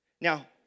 Now